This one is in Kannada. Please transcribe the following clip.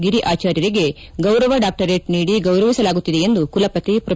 ಗಿರಿ ಆಚಾರ್ಯರಿಗೆ ಗೌರವ ಡಾಕ್ಷರೇಟ್ ನೀಡಿ ಗೌರವಿಸಲಾಗುತ್ತಿದೆ ಎಂದು ಕುಲಪತಿ ಮ್ರೋ